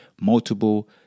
multiple